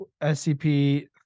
SCP